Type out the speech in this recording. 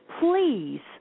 please